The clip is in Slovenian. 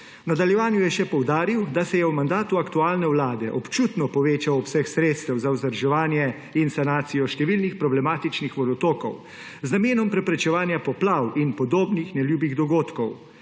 nadaljevanju je še poudaril, da se je v mandatu aktualne vlade občutno povečal obseg sredstev za vzdrževanje in sanacijo številnih problematičnih vodotokov z namenom preprečevanja poplav in podobnih neljubih dogodkov.